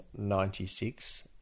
96